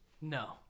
No